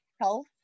health